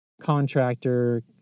contractor